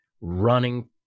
running